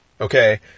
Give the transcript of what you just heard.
Okay